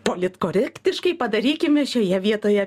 politkorektiškai padarykim šioje vietoje